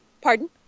Pardon